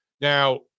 Now